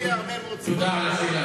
מהרבה מאוד סיבות,